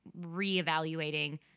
reevaluating